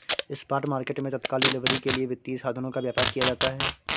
spot market मैं तत्काल delivery के लिए वित्तीय साधनों का व्यापार किया जाता है